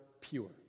pure